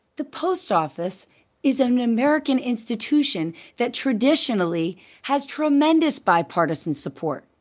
the post office is an american institution that traditionally has tremendous bipartisan support.